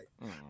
right